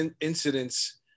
incidents